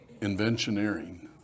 inventioneering